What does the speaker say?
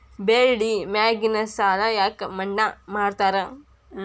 ಬೆಳಿ ಮ್ಯಾಗಿನ ಸಾಲ ಯಾಕ ಮನ್ನಾ ಮಾಡ್ತಾರ?